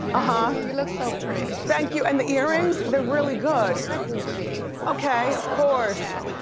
ah you look so pretty. thank you, and the earrings, they're really good. these are gucci. okay, of course. yeah,